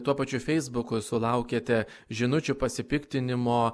tuo pačiu feisbuku sulaukiate žinučių pasipiktinimo